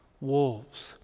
wolves